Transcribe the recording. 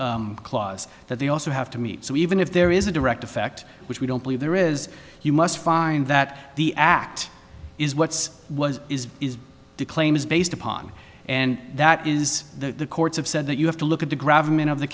a clause that they also have to meet so even if there is a direct effect which we don't believe there is you must find that the act is what's was is is to claim is based upon and that is the courts have said that you have to look at the gravel in